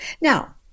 Now